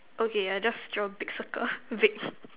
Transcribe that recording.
okay I just draw a big circle big